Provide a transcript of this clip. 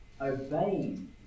obeying